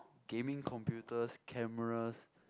gaming computers cameras